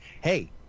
Hey